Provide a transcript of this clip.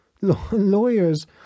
lawyers